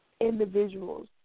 Individuals